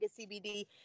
CBD